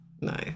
No